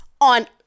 on